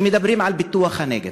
כשמדברים על פיתוח הנגב,